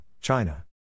China